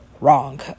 wrong